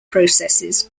processes